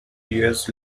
years